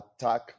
attack